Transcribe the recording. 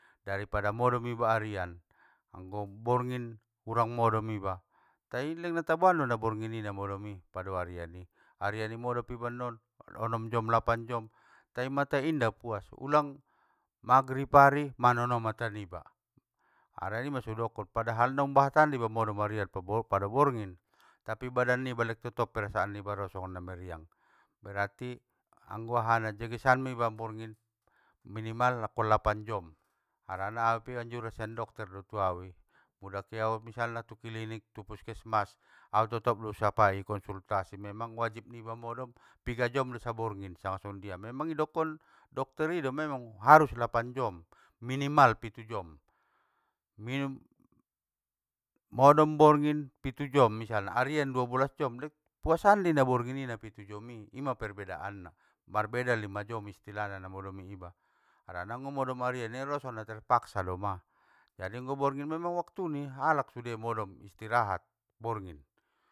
Dari pada modom iba arian, anggo borngin urang modom, iba tai leng taboando naborngini namodomi pado ariani, ariani modom pe iba non onom jom lapan jom tai matai inda puas ulang, magrib ari manono mata niba, harani ima soudokon padahal naumbahatan do iba modom arian po- pado borngin tapi badan niba lek totop perasaan niba ro songon namariang, berarti anggo ahana degesan me iba borngin minimal angkon lapan jom, harana aupe anjuran sian dokter do tuau i, mula keau misalna tu klinik tu puskesmas au totop do usapai konsultasi memang wajib niba modom piga jom do saborngin sangas songondia, memang idokon dokter ido, memang harus! Lapan jom, minimal pitu jom. Minum, modom borngin pitu jom misalna arian, duabolas jom lek puasan dei na borngini na pitu jomi, ima perbedaanna marbeda lima jom istilahna, na modomi iba harana anggo modom arian ia, ro songon naterpaksa doma. Jadi anggo borngin memang waktuni halak sude modom, istirahat borngin.